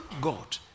God